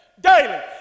daily